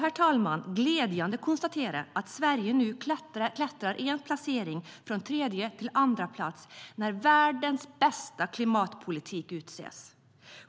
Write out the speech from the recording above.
Vi kan också glädjande konstatera att Sverige nu klättrat en placering från tredje till andra plats när världens bästa klimatpolitik utses.